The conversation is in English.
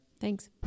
Thanks